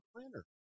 planner